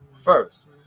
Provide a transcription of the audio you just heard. first